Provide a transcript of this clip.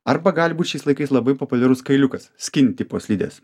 arba gali būt šiais laikais labai populiarus kailiukas skin tipo slidės